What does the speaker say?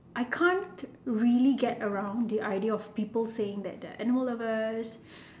I can't really get around the idea of people saying that they are animal lovers